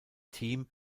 team